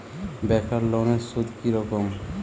বেকার লোনের সুদ কি রকম?